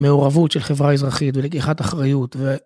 מעורבות של חברה אזרחית ולקיחת אחריות ו...